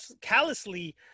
callously